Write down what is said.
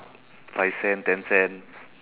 five cent ten cent